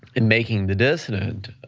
and making the dissident